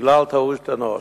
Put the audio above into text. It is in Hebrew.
בגלל טעות אנוש,